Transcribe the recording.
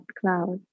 cloud